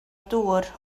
dŵr